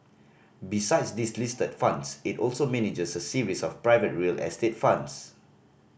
besides these listed funds it also manages a series of private real estate funds